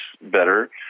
better